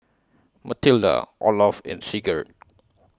Matilda Olof and Sigurd